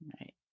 Right